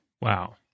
Wow